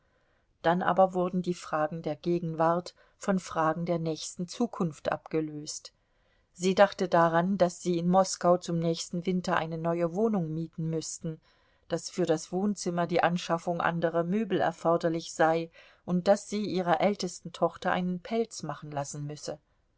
dann aber wurden die fragen der gegenwart von fragen der nächsten zukunft abgelöst sie dachte daran daß sie in moskau zum nächsten winter eine neue wohnung mieten müßten daß für das wohnzimmer die anschaffung anderer möbel erforderlich sei und daß sie ihrer ältesten tochter einen pelz machen lassen müsse